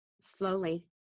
slowly